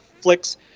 flicks